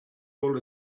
all